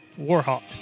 Warhawks